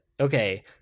Okay